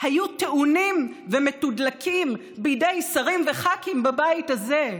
היו טעונים ומתודלקים בידי שרים וח"כים בבית הזה.